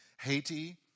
Haiti